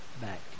back